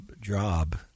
job